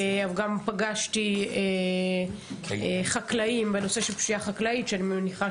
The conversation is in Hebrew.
גם פגשתי חקלאים בנושא הפשיעה החקלאית, ופגשתי